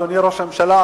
אדוני ראש הממשלה,